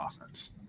offense